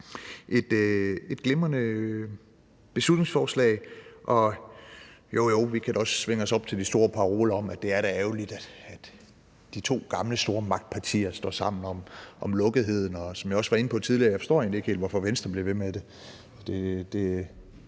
et glimrende beslutningsforslag. Jo, jo, vi kan da også svinge os op til de store paroler om, at det da er ærgerligt, at de to gamle store magtpartier står sammen om lukketheden. Og som jeg også var inde på tidligere, forstår jeg egentlig ikke helt, hvorfor Venstre bliver ved med det.